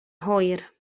hwyr